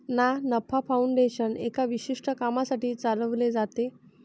ना नफा फाउंडेशन एका विशिष्ट कामासाठी चालविले जाते